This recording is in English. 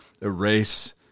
erase